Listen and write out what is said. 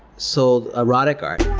sold erotic art.